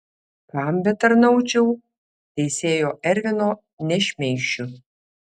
kam betarnaučiau teisėjo ervino nešmeišiu